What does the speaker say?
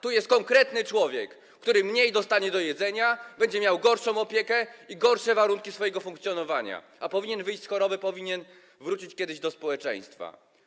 Tu jest konkretny człowiek, który mniej dostanie do jedzenia, będzie miał gorszą opiekę i gorsze warunki funkcjonowania, a powinien wyjść z choroby, powinien wrócić kiedyś do społeczeństwa.